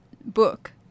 book